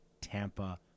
Tampa